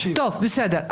טוב, בסדר.